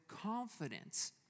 confidence